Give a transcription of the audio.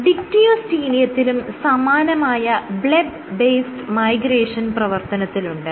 ഡിക്റ്റിയോസ്റ്റീലിയത്തിലും സമാനമായ bleb based migration പ്രവർത്തനത്തിലുണ്ട്